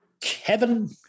Kevin